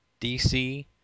DC